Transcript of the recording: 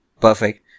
perfect